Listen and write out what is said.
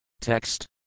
Text